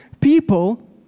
people